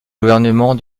gouvernement